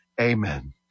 Amen